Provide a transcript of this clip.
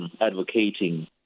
advocating